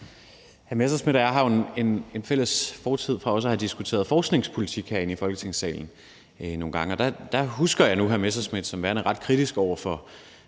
Messerschmidt og jeg har jo en fælles fortid med også at have diskuteret forskningspolitik nogle gange herinde i Folketingssalen. Og der husker jeg nu hr. Morten Messerschmidt som værende ret kritisk over for